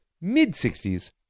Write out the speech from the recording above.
mid-60s